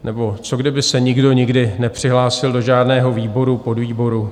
Nebo co kdyby se nikdo nikdy nepřihlásil do žádného výboru, podvýboru?